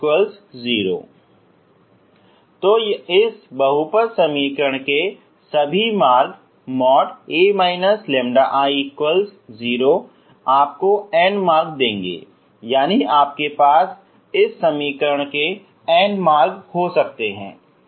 a λI0 तो इस बहुपद समीकरण के सभी मार्ग a λI0 आपको n मार्ग देंगे यानी आपके पास इस समीकरण के n मार्ग हो सकते हैं